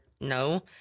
No